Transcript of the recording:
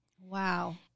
Wow